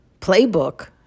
playbook